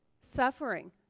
suffering